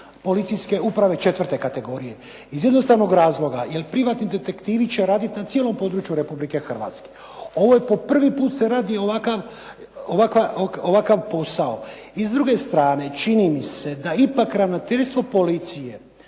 policijske uprave IV. kategorije iz jednostavnog razloga. Jer privatni detektivi će raditi na cijelom području Republike Hrvatske. Po prvi put se radi ovakav posao. I s druge strane, čini mi se da ipak Ravnateljstvo policije